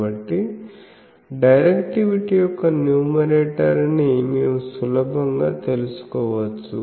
కాబట్టి డైరెక్టివిటీ యొక్క న్యూమరేటర్ ని మేము సులభంగా తెలుసుకోవచ్చు